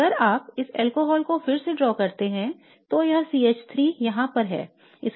तो अगर आप इस अल्कोहल को फिर से ड्रा करते हैं तो यह CH3 यहाँ पर है